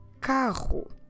carro